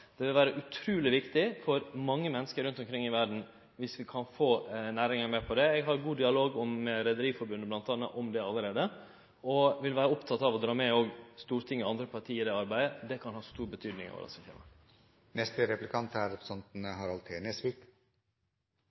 Det vil vere utruleg viktig for mange menneske rundt omkring i verda dersom vi kan få næringa med på det. Eg har allereie ein god dialog med bl.a. Rederiforbundet om det, og eg vil vere oppteken av òg å dra Stortinget og andre parti med i det arbeidet. Det kan ha stor betydning